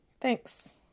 Thanks